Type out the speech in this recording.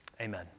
Amen